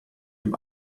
dem